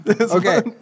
Okay